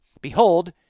Behold